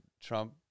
Trump